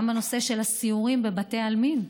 גם בנושא של הסיורים בבתי העלמין,